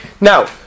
Now